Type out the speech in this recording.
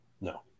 No